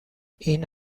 این